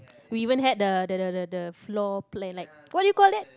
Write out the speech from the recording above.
we even had the the the the the floor plan like what do you call that